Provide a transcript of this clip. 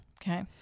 okay